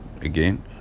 Again